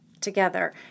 together